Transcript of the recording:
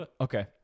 Okay